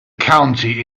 county